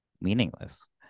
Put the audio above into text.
meaningless